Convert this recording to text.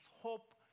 hope